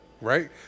right